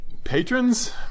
patrons